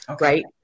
Right